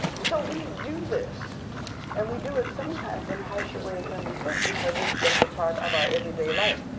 so we do this and we do it sometimes in harsher ways than we think because it's just a part of our everyday life.